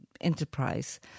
enterprise